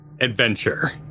adventure